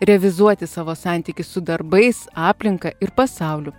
revizuoti savo santykius su darbais aplinka ir pasauliu